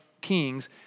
kings